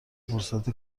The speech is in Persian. فرصت